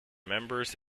members